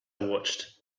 watched